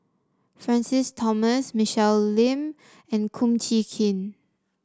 Francis Thomas Michelle Lim and Kum Chee Kin